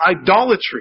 idolatry